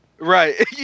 Right